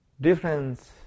difference